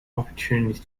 opportunity